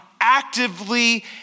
actively